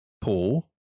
Paul